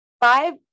five